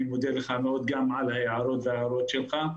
אני מודה לך מאוד גם על ההערות וההארות שלך.